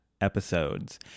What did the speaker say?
episodes